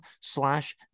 slash